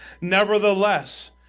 Nevertheless